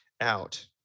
out